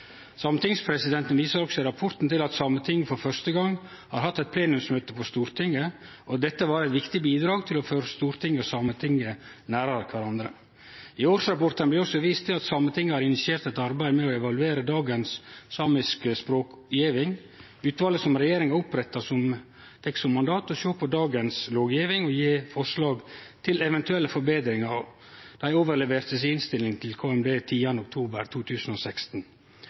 Sametingspresidenten viser også i rapporten til at Sametinget for første gong har hatt eit plenumsmøte på Stortinget, og at dette var eit viktig bidrag til å føre Stortinget og Sametinget nærare kvarandre. I årsrapporten blir det òg vist til at Sametinget har initiert eit arbeid med å evaluere dagens samiske språklovgjeving. Utvalet som regjeringa oppretta, fekk som mandat å sjå på dagens lovgjeving og gje forslag til eventuelle forbetringar. Dei overleverte innstillinga si til Klima- og miljødepartementet 10. oktober 2016.